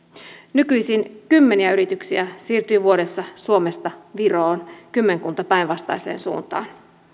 nykyisin kymmeniä yrityksiä siirtyy vuodessa suomesta viroon kymmenkunta päinvastaiseen suuntaan